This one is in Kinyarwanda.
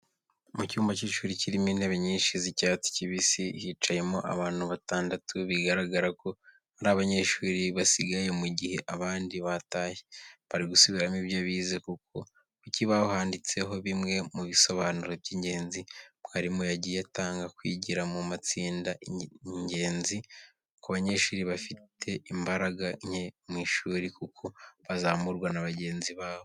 Mu cyumba cy'ishuri kirimo intebe nyinshi z'icyatsi kibisi, hicayemo abantu batandatu bigaragara ko ari abanyeshuri, basigaye mu gihe abandi batashye. Bari gusubiramo ibyo bize kuko ku kibaho handitseho bimwe mu bisobanuro by'ingenzi mwarimu yagiye atanga. Kwigira mu matsinda ni ingenzi ku banyeshuri bafite imbaraga nke mu ishuri kuko bazamurwa na bagenzi babo.